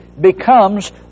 becomes